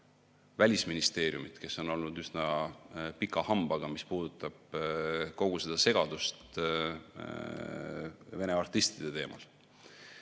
Välisministeeriumit, kes on olnud üsna pika hambaga, mis puudutab kogu seda segadust Vene artistide teemal.